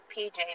PJ